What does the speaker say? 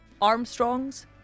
Armstrongs